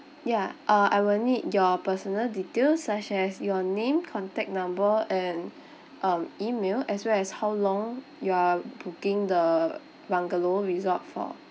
ya uh I will need your personal details such as your name contact number and um email as well as how long you are booking the bungalow resort for